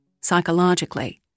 psychologically